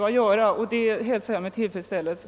Jag hälsar detta besked med tillfredsställelse.